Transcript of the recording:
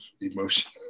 emotion